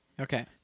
Okay